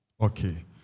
Okay